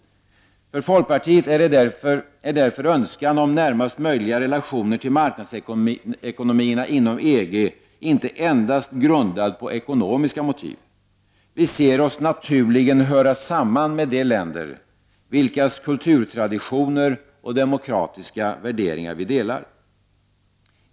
För folkpartiet är därför önskan om närmast möjliga relationer till marknadsekonomierna inom EG inte endast grundad på ekonomiska motiv. Vi ser oss naturligen höra samman med de länder vilkas kulturtraditioner och demokratiska värderingar vi delar.